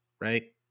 right